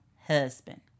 husband